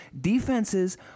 Defenses –